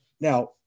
Now